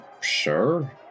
Sure